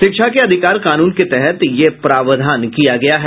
शिक्षा के अधिकार कानून के तहत यह प्रावधान किया गया है